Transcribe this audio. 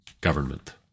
government